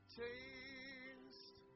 taste